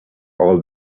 all